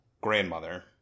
grandmother